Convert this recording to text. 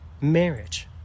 marriage